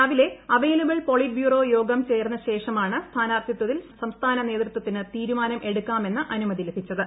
രാവിലെ available politburo യോഗം ചേർന്ന ശേഷമാണ് സ്ഥാനാർത്ഥിത്വത്തിൽ സംസ്ഥാന നേതൃത്വത്തിന് തീരുമാനമെടുക്കാമെന്ന അനുമതി ലഭിച്ചത്